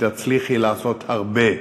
שתצליחי לעשות הרבה.